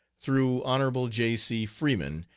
through hon. j. c. freeman,